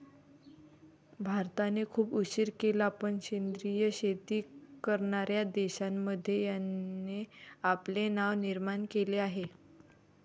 भारताने खूप उशीर केला पण सेंद्रिय शेती करणार्या देशांमध्ये याने आपले नाव निर्माण केले आहे